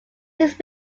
his